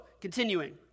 continuing